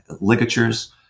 ligatures